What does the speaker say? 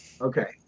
okay